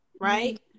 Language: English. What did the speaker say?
right